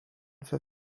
for